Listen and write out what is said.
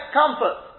comfort